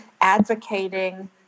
advocating